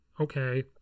okay